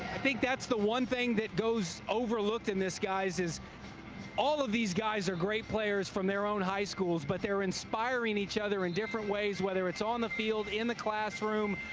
think that's the one thing that goes overlooked in this, guys, is all of these guys are great players from their own high schools, but they're inspiring each other in different ways whether it's on the field, in the classroom,